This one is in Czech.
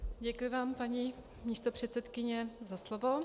Děkuji vám, paní místopředsedkyně, za slovo.